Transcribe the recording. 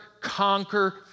conquer